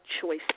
choice